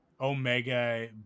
omega